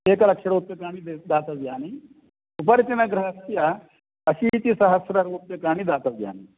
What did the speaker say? एकलक्षरूप्यकाणि दे दातव्यानि उपरितनगृहस्य अशीतिसहस्ररूप्यकाणि दातव्यानि